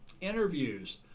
Interviews